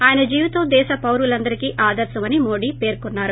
ఆయన జీవితం దేశ పౌరులందరికీ ఆదర్శం అని మోడీ పేర్కొన్నారు